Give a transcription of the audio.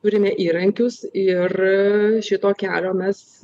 turime įrankius ir šito kelio mes